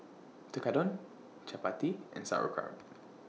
Tekkadon Chapati and Sauerkraut